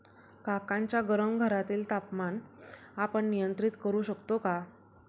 काकांच्या गरम घरातील तापमान आपण नियंत्रित करु शकतो का?